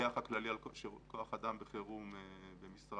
המפקח הכללי על כוח אדם וחירום במשרד